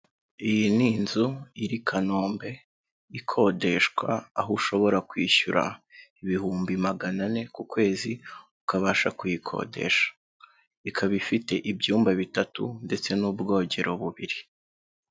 Iyi ni inzu iri Kanombe ikodeshwa aho ushobora kwishyura ibihumbi magana ane ku kwezi, ukabasha kuyikodesha. Ikaba ifite ibyumba bitatu, ndetse n'ubwogero bubiri.